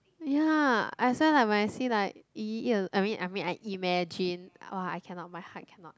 ya i swear like when I see like yi-yi eat al~ I mean I imagine !wah! I cannot my heart cannot